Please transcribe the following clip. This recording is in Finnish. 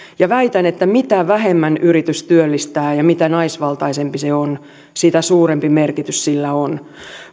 ja väitän että mitä vähemmän yritys työllistää ja mitä naisvaltaisempi se on sitä suurempi merkitys sillä on